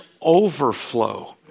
overflow